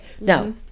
now